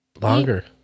longer